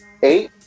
eight